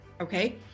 Okay